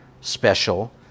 special